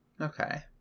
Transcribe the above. okay